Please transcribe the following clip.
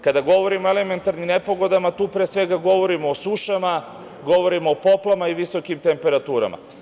Kada govorimo o elementarnim nepogodama, tu pre svega govorim o sušama, o poplavama i visokim temperaturama.